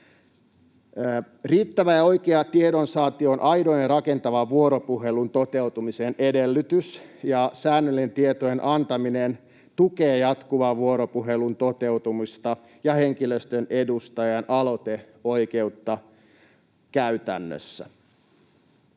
Riittävä ja oikea tiedonsaanti on aidon ja rakentavan vuoropuhelun toteutumisen edellytys, ja säännöllinen tietojen antaminen tukee jatkuvan vuoropuhelun toteutumista ja henkilöstön edustajan aloiteoikeutta käytännössä.